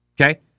Okay